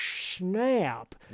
snap